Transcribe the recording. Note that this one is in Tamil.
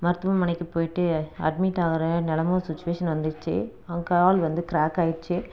மருத்துவமனைக்கு போயிட்டு அட்மிட் ஆகிற நிலைம சுச்வேஷன் வந்துடுச்சி அங்கு கால் வந்து க்ராக் ஆகிட்ச்சி